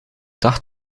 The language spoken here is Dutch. dacht